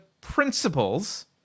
principles